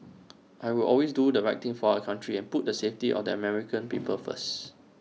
I will always do the right thing for our country and put the safety of the American people first